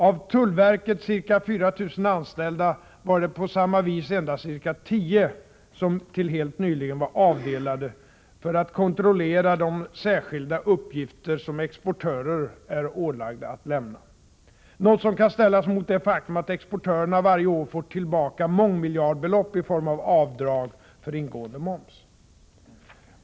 —- Av tullverkets ca 4 000 anställda var det på samma vis endast ca 10 som till helt nyligen var avdelade för att kontrollera de särskilda uppgifter som exportörer är ålagda att lämna — något som kan ställas mot det faktum att exportörerna varje år får tillbaka mångmiljardbelopp i form av avdrag för ingående moms.